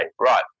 Right